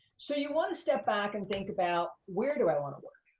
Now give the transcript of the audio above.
so you wanna step back and think about, where do i wanna work?